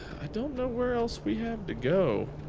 i don't know where else we have to go.